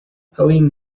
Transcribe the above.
helene